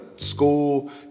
school